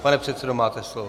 Pane předsedo, máte slovo.